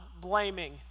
blaming